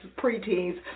preteens